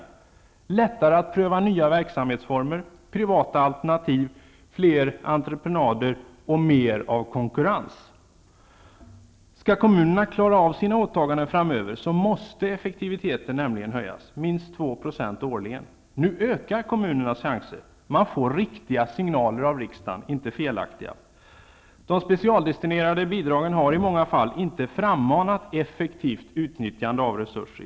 Det blir lättare att pröva nya verksamhetsformer, privata alternativ, fler entreprenader och mer av konkurrens. Skall kommunerna klara av sina åtaganden framöver, måste effektiviteten nämligen höjas, minst 2 % årligen. Nu ökar kommunernas chanser! Man får riktiga signaler av riksdagen, inte felaktiga. De specialdestinerade bidragen har i många fall inte frammanat effektivt utnyttjande av resurser.